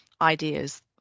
ideas